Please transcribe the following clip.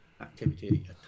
activity